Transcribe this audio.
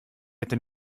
hätte